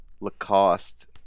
lacoste